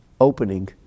opening